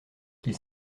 qu’il